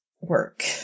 work